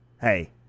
hey